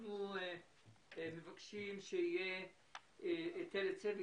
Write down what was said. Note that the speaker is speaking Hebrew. אנחנו מבקשים שיהיה היטל היצף,